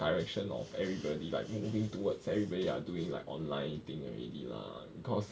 direction of everybody like moving towards everybody are doing like online thing already lah because